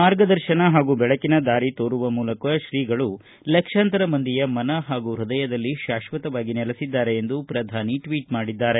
ಮಾರ್ಗದರ್ಶನ ಹಾಗೂ ಬೆಳಕಿನ ದಾರಿ ತೋರುವ ಮೂಲಕ ತ್ರೀಗಳು ಲಕ್ಷಾಂತರ ಮಂದಿಯ ಮನ ಹಾಗೂ ಪೃದಯದಲ್ಲಿ ಶಾಶ್ವತವಾಗಿ ನೆಲೆಸಿದ್ದಾರೆ ಎಂದು ಪ್ರಧಾನಿ ಟ್ವೀಟ್ ಮಾಡಿದ್ದಾರೆ